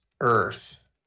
earth